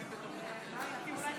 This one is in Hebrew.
בטרם אקרא את תוצאות ההצבעה,